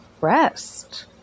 rest